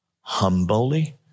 humbly